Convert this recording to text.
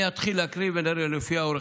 אני אתחיל להקריא ונראה לפי האורך.